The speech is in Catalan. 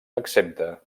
exempta